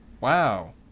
Wow